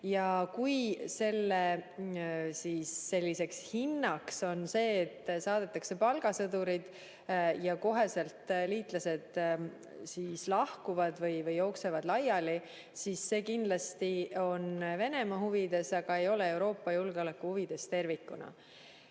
ja kui selle [tulemus] on see, et saadetakse palgasõdurid ja kohe liitlased lahkuvad või jooksevad laiali, siis see kindlasti on Venemaa huvides, aga ei ole Euroopa julgeoleku huvides tervikuna.